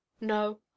No